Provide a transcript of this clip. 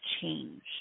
change